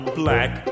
black